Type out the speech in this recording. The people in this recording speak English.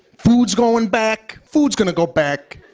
food's going back. food's gonna go back.